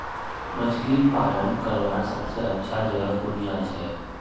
मछली पालन करवार सबसे अच्छा जगह कुनियाँ छे?